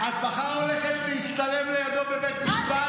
טלי, את מחר הולכת להצטלם לידו בבית משפט?